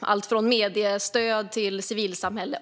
allt från mediestöd till civilsamhälle.